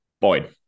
Boyd